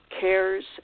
cares